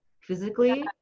physically